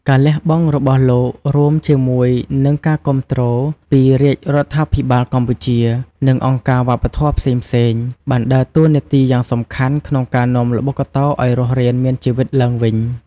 ការលះបង់របស់លោក រួមជាមួយនឹងការគាំទ្រពីរាជរដ្ឋាភិបាលកម្ពុជា និងអង្គការវប្បធម៌ផ្សេងៗ បានដើរតួនាទីយ៉ាងសំខាន់ក្នុងការនាំល្បុក្កតោឱ្យរស់រានមានជីវិតឡើងវិញ។